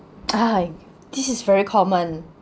!hais! this is very common